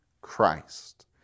Christ